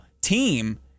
team